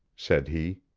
said he.